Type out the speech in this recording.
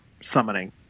summoning